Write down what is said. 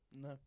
No